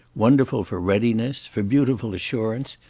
wonderful for readiness, for beautiful assurance,